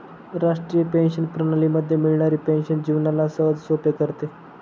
राष्ट्रीय पेंशन प्रणाली मध्ये मिळणारी पेन्शन जीवनाला सहजसोपे करते